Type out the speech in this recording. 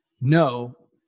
no